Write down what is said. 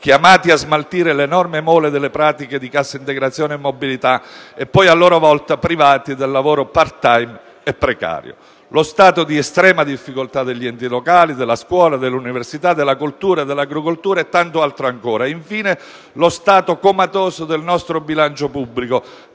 chiamati a smaltire l'enorme mole delle pratiche di cassa integrazione e mobilità e, a loro volta, privati del lavoro *part time* e precario; lo stato di estrema difficoltà degli enti locali, della scuola, dell'università, della cultura, dell'agricoltura e di tanto altro ancora. Aggiungiamo, infine, lo stato comatoso del nostro bilancio pubblico